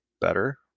better